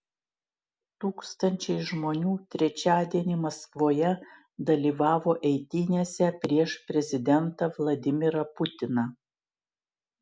tūkstančiai žmonių trečiadienį maskvoje dalyvavo eitynėse prieš prezidentą vladimirą putiną